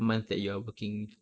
month that you're working